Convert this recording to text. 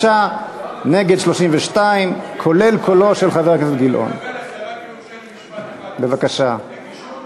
חבר הכנסת גילאון לא יכול היה